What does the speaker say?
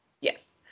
Yes